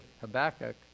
Habakkuk